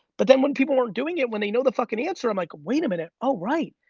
but then when people aren't doing it, when they know the fuckin' answer, i'm like, wait a minute, oh right.